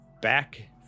back